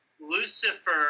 Lucifer